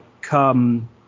come